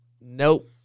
nope